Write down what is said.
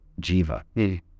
jiva